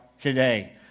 today